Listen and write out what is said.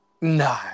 No